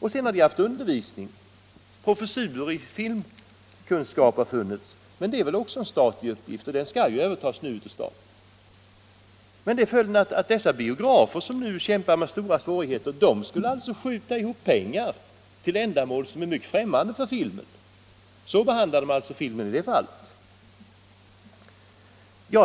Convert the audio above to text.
om biografägarna skall betala. Institutet har vidare bedrivit undervisning — en professur i filmkunskap har funnits — men det är också en statlig uppgift, och den skall nu övertas av staten. Biograferna, som kämpar med stora svårigheter, skjuter alltså ihop pengar för ändamål som de egentligen inte skulle bekosta. Så behandlas filmen i det fallet.